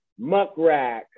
Muckrack